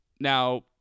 Now